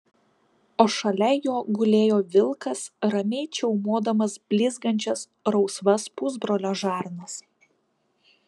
o šalia jo gulėjo vilkas ramiai čiaumodamas blizgančias rausvas pusbrolio žarnas